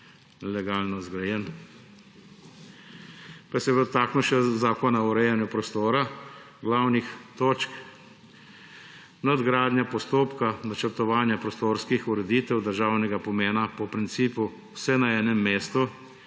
nelegalno zgrajen. Pa bi se dotaknil še Zakona o urejanju prostora, glavnih točk: nadgradnja postopka načrtovanja prostorskih ureditev državnega pomena po principu vse na enem mestu